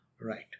Right